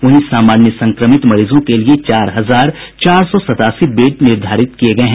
वहीं समान्य संक्रमित मरीजों के लिये चार हजार चार सौ सतासी बेड निर्धारित किये गये हैं